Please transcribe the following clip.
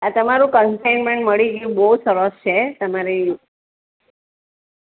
આ તમારું કનસેનમેન્ટ મળી ગયું બહુ સરસ છે તમારે